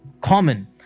common